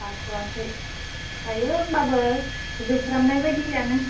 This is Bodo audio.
हाख'वाखै दायो होनबाबो जोबफ्रामनाय बायदियानो